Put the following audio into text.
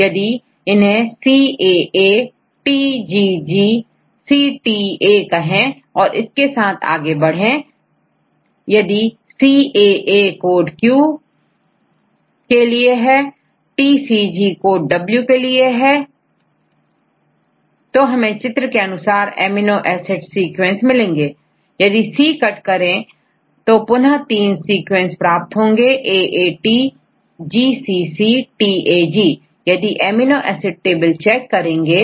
यदि इन्हेंCAA TGG CTA कहें और इसके साथ आगे बढ़े यदिCAA कोडQ क्यों के लिए हैTCG कोडW के लिए हैतो हमें चित्र के अनुसार एमिनो एसिडसीक्वेंस मिलेंगेयदि C कट करें तो पुनः 3 सीक्वेंस मिलेंगे तोAAT GCC TAG आदि एमिनो एसिड टेबल चेक करेंगे